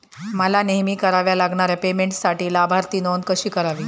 मला नेहमी कराव्या लागणाऱ्या पेमेंटसाठी लाभार्थी नोंद कशी करावी?